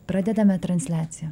pradedame transliaciją